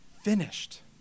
finished